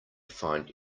find